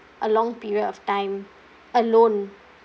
a long period of time alone